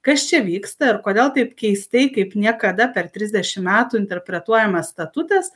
kas čia vyksta ir kodėl taip keistai kaip niekada per trisdešim metų interpretuojamas statutas